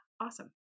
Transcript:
awesome